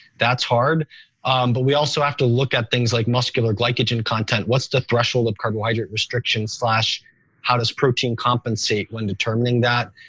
that's hard but we also have to look at things like muscular glycogen content. what's the threshold of carbohydrate restriction how does protein compensate when determining that?